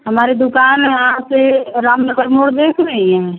हमारी दुकान आप यह राम नगर मोड़ देख रही हैं